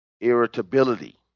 irritability